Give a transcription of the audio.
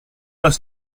pas